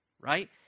right